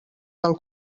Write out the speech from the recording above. del